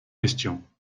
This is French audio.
questions